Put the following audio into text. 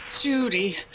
Judy